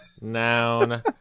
noun